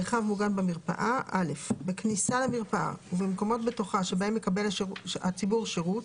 מרחב מוגן במרפאה בכניסה למרפאה ובמקומות בתוכה שבהם מקבל הציבור שירות,